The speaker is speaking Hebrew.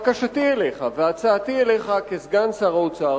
בקשתי אליך והצעתי אליך כסגן שר האוצר